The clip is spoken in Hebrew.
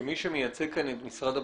לשאול אותך כמי שמייצג כאן את משרד הבריאות: